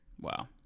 Wow